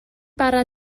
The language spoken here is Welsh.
bara